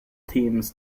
teams